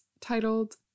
titled